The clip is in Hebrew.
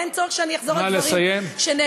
אין צורך שאני אחזור על הדברים שנאמרים.